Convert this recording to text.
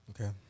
Okay